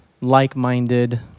like-minded